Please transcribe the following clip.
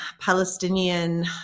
Palestinian